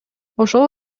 ошол